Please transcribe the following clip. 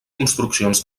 construccions